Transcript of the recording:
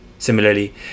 Similarly